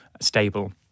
stable